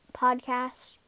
podcast